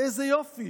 "איזה יופי.